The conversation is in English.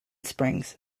springs